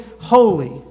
holy